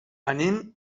anem